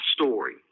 story